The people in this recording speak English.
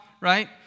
Right